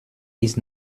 ist